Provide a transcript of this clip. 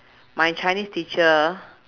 my chinese teacher